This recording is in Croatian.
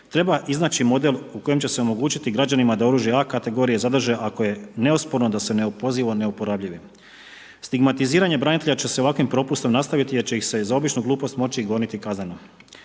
Treba iznaći model u kojem će se omogućiti građanima da oružje A kategorije zadrže ako je neosporno da su neopozivo neuporabljivi. Stigmatiziranje branitelja će se ovakvim propustom nastaviti jer će ih se i za običnu glupost moći goniti kazneno.